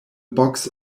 box